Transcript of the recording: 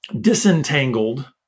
disentangled